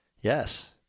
Yes